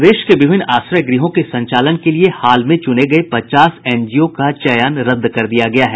प्रदेश में विभिन्न आश्रय ग्रहों के संचालन के लिए हाल में चुने गये पचास एनजीओ का चयन रद्द कर दिया गया है